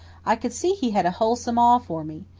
i could see he had a wholesome awe for me.